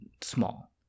small